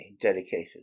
dedicated